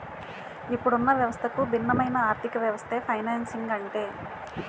ఇప్పుడున్న వ్యవస్థకు భిన్నమైన ఆర్థికవ్యవస్థే ఫైనాన్సింగ్ అంటే